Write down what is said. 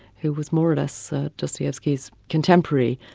who was more or less dostoyevsky's contemporary.